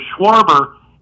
Schwarber